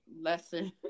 lesson